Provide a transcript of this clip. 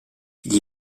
gli